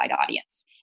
audience